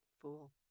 Fool